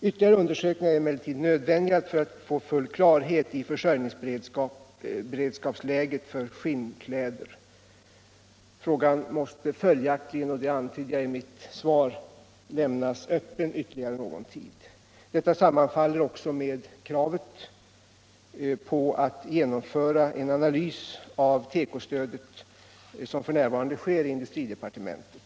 Ytterligare undersökningar för att få full klarhet i försörjningsberedskapsläget när det gäller skinnkläder är emellertid nödvändiga. Frågan måste följaktligen — och det antydde jag i mitt svar — lämnas öppen ytterligare någon tid. Detta sammanfaller också med kravet på ett genomförande av en analys av tekostödet. En sådan sker f. n. i industridepartementet.